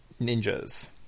ninjas